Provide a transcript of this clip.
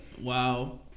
Wow